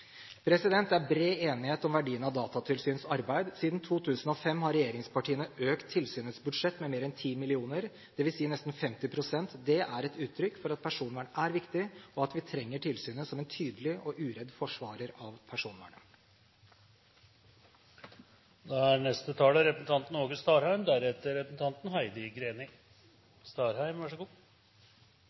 Det er bred enighet om verdien av Datatilsynets arbeid. Siden 2005 har regjeringspartiene økt tilsynets budsjett med mer enn 10 mill. kr, dvs. nesten 50 pst. Det er et uttrykk for at personvern er viktig, og at vi trenger tilsynet som en tydelig og uredd forsvarer av